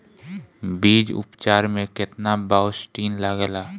बीज उपचार में केतना बावस्टीन लागेला?